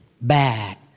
bad